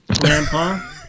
Grandpa